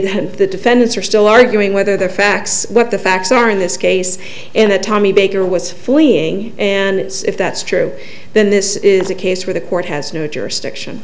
that the defendants are still arguing whether they're facts what the facts are in this case and tommy baker was for being and it's if that's true then this is a case where the court has no jurisdiction